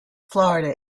florida